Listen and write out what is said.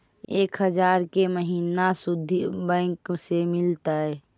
एक हजार के महिना शुद्ध बैंक से मिल तय?